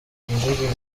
indege